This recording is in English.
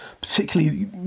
particularly